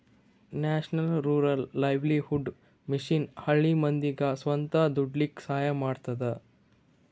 national rural livelihood mission ಹಳ್ಳಿ ಮಂದಿಗ್ ಸ್ವಂತ ದುಡೀಲಕ್ಕ ಸಹಾಯ ಮಾಡ್ತದ